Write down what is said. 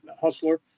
Hustler